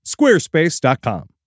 squarespace.com